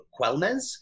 Quelmes